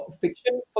fiction